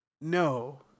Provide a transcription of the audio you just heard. No